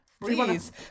please